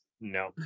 No